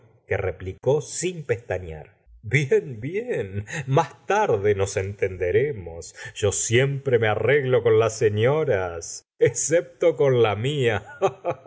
que replicó sin pestañear bien bien más tarde nos entenderemas yo siempre me arreglo con las señoras excepto con la mía